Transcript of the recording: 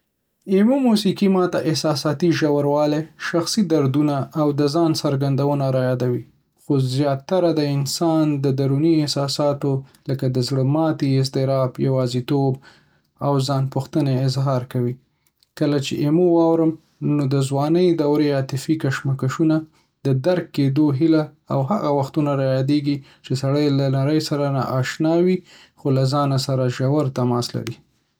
ایمو موسیقي ما ته احساساتي ژوروالی، شخصي دردونه، او د ځان څرګندونه رايادوي. خو زیاتره د انسان د دروني احساساتو لکه د زړ‌ه‌ماتي، اضطراب، یوازیتوب، او ځان ‌پوښتنه اظهار کوي. کله چې ایمو واورم، نو د ځوانۍ دورې عاطفي کشمکشونه، د درک کېدو هیله، او هغه وختونه رايادېږي چې سړی له نړۍ سره نااشنا وي، خو له ځانه سره ژور تماس لري.